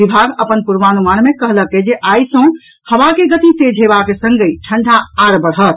विभाग अपन पूर्वानुमान मे कहलक अछि जे आई सॅ हवा के गति तेज हेबाक संगहि ठंडा आओर बढ़त